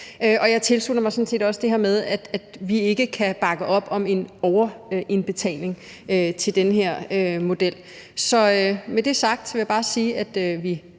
og jeg tilslutter mig sådan set også det her med, at vi ikke kan bakke op om en overindbetaling via den her model. Så med det sagt vil jeg bare sige, at vi